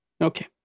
Okay